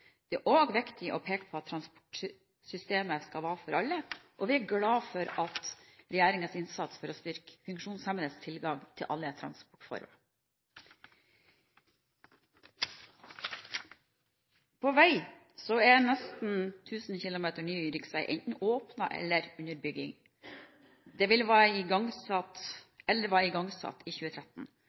Det er også viktig å peke på at transportsystemet skal være for alle, og vi er glad for regjeringens innsats for å styrke funksjonshemmedes tilgang til alle transportformer. På vei er nesten 1 000 km ny riksvei enten åpnet eller under bygging, eller være igangsatt i 2013.